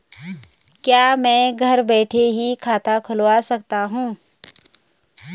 क्या मैं घर बैठे ही खाता खुलवा सकता हूँ?